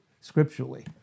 scripturally